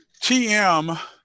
TM